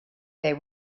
they